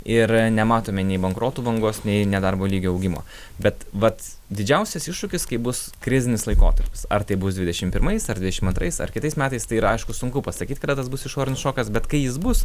ir nematome nei bankrotų bangos nei nedarbo lygio augimo bet vat didžiausias iššūkis kai bus krizinis laikotarpis ar tai bus dvidešim pirmais ar dvidešim antrais ar kitais metais tai yra aišku sunku pasakyt kada tas bus išorinis šokas bet kai jis bus